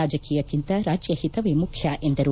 ರಾಜಕೀಯಕ್ಕಿಂತ ರಾಜ್ಯ ಹಿತವೇ ಮುಖ್ಯ ಎಂದರು